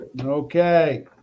Okay